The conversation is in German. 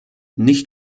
nicht